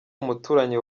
umuturanyi